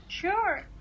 Sure